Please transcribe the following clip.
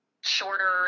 shorter